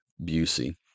Busey